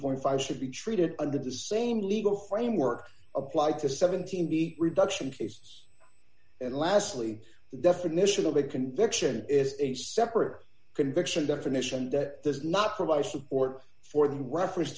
dollars should be treated under the same legal framework applied to seventeen beat reduction cases and lastly the definition of a conviction is a separate conviction definition that does not provide support for the reference